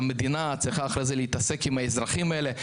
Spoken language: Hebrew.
שהמדינה צריכה אחר כך להתעסק עם האזרחים האלה.